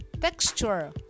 texture